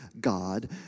God